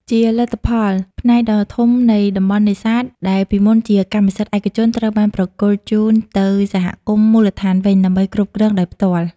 ជាលទ្ធផល ផ្នែកដ៏ធំនៃតំបន់នេសាទដែលពីមុនជាកម្មសិទ្ធិឯកជនត្រូវបានប្រគល់ជូនទៅសហគមន៍មូលដ្ឋានវិញ ដើម្បីគ្រប់គ្រងដោយផ្ទាល់។